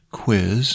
quiz